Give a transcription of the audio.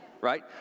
right